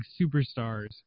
superstars